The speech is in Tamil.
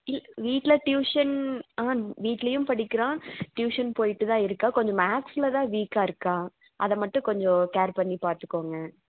வீ வீட்டில ட்யூஷன் ஆ வீட்டிலையும் படிக்கிறாள் ட்யூஷன் போய்ட்டுதான் இருக்காள் கொஞ்சம் மேக்ஸ்ல தான் வீக்காக இருக்காள் அதை மட்டும் கொஞ்சம் கேர் பண்ணிப்பார்த்துக்கோங்க